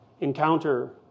encounter